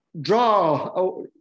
draw